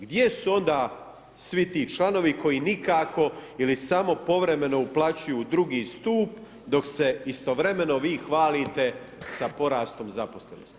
Gdje su onda svi ti članovi koji nikako ili samo povremeno uplaćuju u II. stup dok se istovremeno vi hvalite sa porastom zaposlenosti?